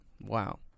Wow